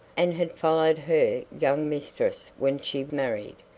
and had followed her young mistress when she married,